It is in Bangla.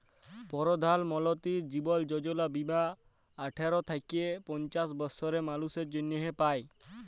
পরধাল মলতিরি জীবল যজলা বীমা আঠার থ্যাইকে পঞ্চাশ বসরের মালুসের জ্যনহে পায়